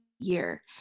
year